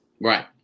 Right